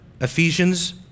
Ephesians